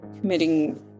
committing